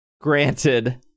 Granted